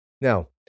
Now